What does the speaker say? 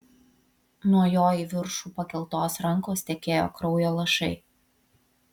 nuo jo į viršų pakeltos rankos tekėjo kraujo lašai